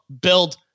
build